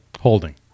Holding